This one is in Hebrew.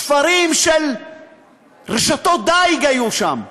תפרים של רשתות דיג היו שם,